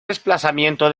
desplazamiento